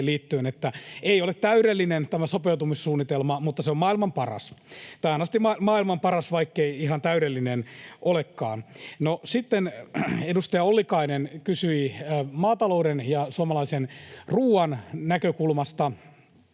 että ei ole täyrellinen tämä sopeutumissuunnitelma mutta se on maailman paras — tähän asti maailman paras, vaikkei ihan täydellinen olekaan. Sitten edustaja Ollikainen kysyi maatalouden ja suomalaisen ruoan näkökulmasta.